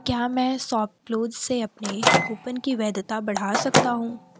क्या मैं शॉपक्लूज से अपने कूपन की वैधता बढ़ा सकता हूँ